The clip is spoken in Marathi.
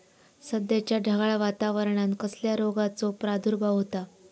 सध्याच्या ढगाळ वातावरणान कसल्या रोगाचो प्रादुर्भाव होता?